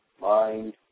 mind